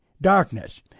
darkness